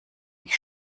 mich